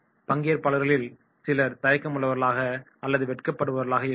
பங்கேற்பாளர்களில் சிலர் தயக்கமுள்ளவர்களாக அல்லது வெட்கப்படுபவர்வர்களாக இருக்கலாம்